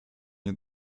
nie